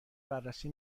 بررسی